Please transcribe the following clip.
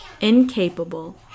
incapable